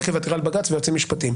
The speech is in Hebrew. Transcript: עקב עתירה לבג"צ, יועצים משפטיים.